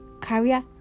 career